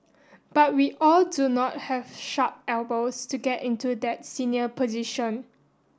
but we all do not have sharp elbows to get into that senior position